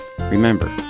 Remember